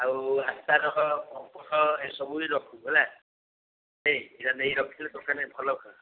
ଆଉ ଆଚାର ପାମ୍ପଡ଼ ଏସବୁ ବି ରଖିବୁ ହେଲା ନେ ଏଇଟା ନେଇ ରଖିଦେଲେ ଦୋକାନରେ ଭଲ ହେବ